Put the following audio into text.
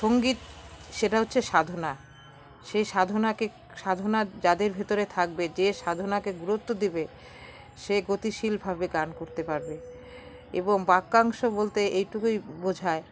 সংগীত সেটা হচ্ছে সাধনা সেই সাধনাকে সাধনা যাদের ভেতরে থাকবে যে সাধনাকে গুরুত্ব দেবে সে গতিশীলভাবে গান করতে পারবে এবং বাক্যাংশ বলতে এইটুকুই বোঝায়